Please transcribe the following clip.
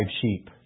sheep